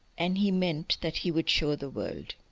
and he meant that he would show the world.